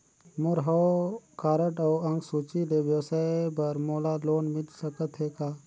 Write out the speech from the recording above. मोर हव कारड अउ अंक सूची ले व्यवसाय बर मोला लोन मिल सकत हे का?